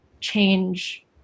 change